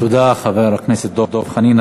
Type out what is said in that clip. תודה, חבר הכנסת דב חנין.